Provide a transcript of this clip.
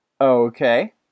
Okay